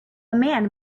man